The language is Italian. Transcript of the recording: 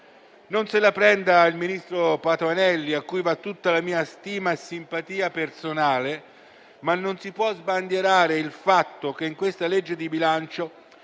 Non se la prenda il ministro Patuanelli, cui vanno tutta la mia stima e simpatia personale, ma non si può sbandierare il fatto che in questo disegno di legge di bilancio